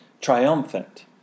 triumphant